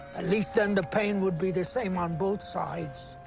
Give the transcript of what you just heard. at least then the pain would be the same on both sides.